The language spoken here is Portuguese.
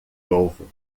novo